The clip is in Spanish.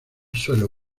suelo